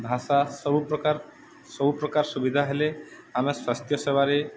ଭାଷା ସବୁ ପ୍ରକାର ସବୁ ପ୍ରକାର ସୁବିଧା ହେଲେ ଆମେ ସ୍ୱାସ୍ଥ୍ୟ ସେବାରେ